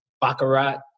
baccarat